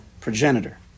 progenitor